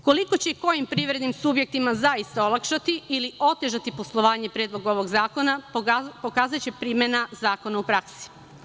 Koliko će i kojim privrednim subjektima zaista olakšati ili otežati poslovanje Predlog ovog zakona pokazaće primena zakona u praksi.